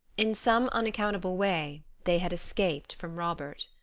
in some unaccountable way they had escaped from robert.